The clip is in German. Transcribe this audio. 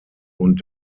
und